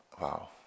wow